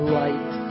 light